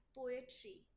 poetry